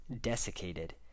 Desiccated